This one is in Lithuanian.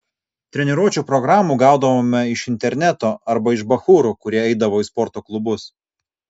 treniruočių programų gaudavome iš interneto arba iš bachūrų kurie eidavo į sporto klubus